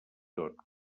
tot